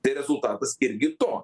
tai rezultatas irgi to